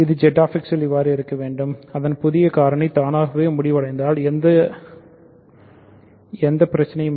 ZX இல் அதன் புதிய காரணி தானாகவே முடிவடைவதால் எந்த பிரச்சனையும் இல்லை